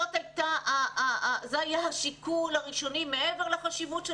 זה היה השיקול הראשוני מעבר לחשיבות של